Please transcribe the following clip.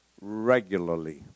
regularly